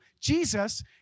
Jesus